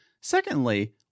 Secondly